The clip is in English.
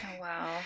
Wow